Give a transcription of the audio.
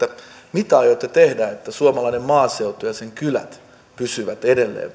mitä aiotte tehdä että suomalainen maaseutu ja sen kylät pysyvät edelleen